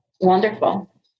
wonderful